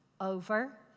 Over